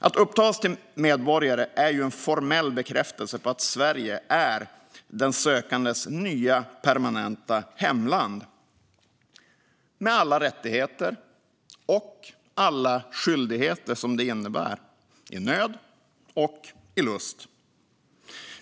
Att upptas till medborgare är en formell bekräftelse på att Sverige är den sökandes nya, permanenta hemland med alla rättigheter och skyldigheter som det innebär, i nöd och i lust.